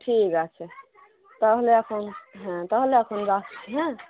ঠিক আছে তাহলে এখন হ্যাঁ তাহলে এখন রাখছি হ্যাঁ